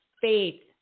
faith